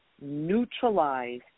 neutralize